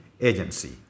agency